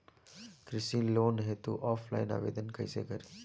कृषि लोन हेतू ऑफलाइन आवेदन कइसे करि?